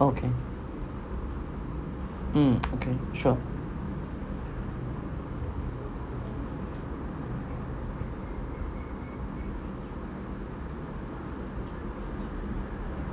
okay mm okay sure